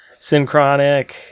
Synchronic